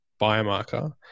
biomarker